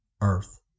earth